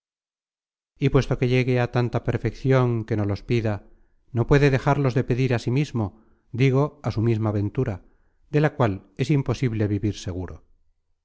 y puesto que llegue á tanta perfeccion que no los pida no puede dejarlos de pedir á sí mismo digo á su misma ventura de la cual es imposible vivir seguro